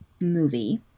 movie